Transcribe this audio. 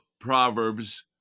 Proverbs